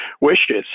wishes